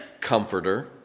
Comforter